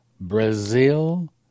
Brazil